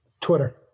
Twitter